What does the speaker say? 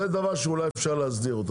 זה דבר שאולי אפשר להסדיר.